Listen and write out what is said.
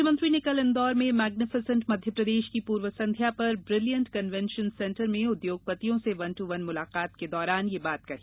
मुख्यमंत्री ने कल इन्दौर में मैग्नीफिसेंट मध्यप्रदेश की पूर्व संध्या पर ब्रिलिएंट कन्वेंशन सेंटर में उद्योगपतियों से वन टू वन मुलाकात के दौरान ये बात कहीं